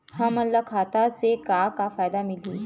हमन ला खाता से का का फ़ायदा मिलही?